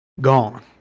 Gone